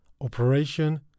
operation